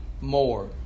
more